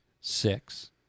six